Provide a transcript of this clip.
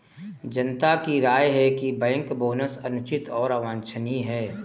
जनता की राय है कि बैंक बोनस अनुचित और अवांछनीय है